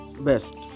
best